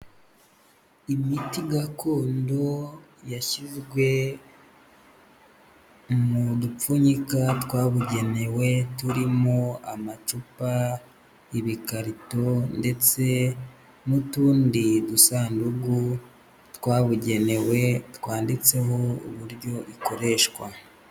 Imiti gakondo yashyizwe mu dupfunyika twabugenewe turimo amacupa, ibikarito ndetse n'utundi dusanduku twabugenewe, twanditseho uburyo ikoreshwa.